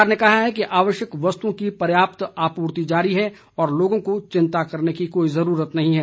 सरकार ने कहा है कि आवश्यक वस्तुओं की पर्याप्त आपूर्ति जारी है और लोगों को चिंता करने की कोई जरूरत नहीं है